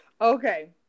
okay